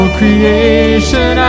creation